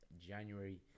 January